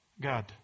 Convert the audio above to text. God